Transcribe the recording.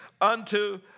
unto